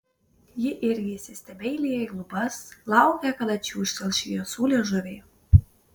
ji irgi įsistebeilija į lubas laukia kada čiūžtels šviesų liežuviai